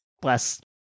Bless